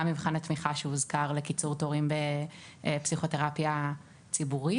גם מבחן התמיכה שהוזכר לקיצור תורים בפסיכותרפיה ציבורית.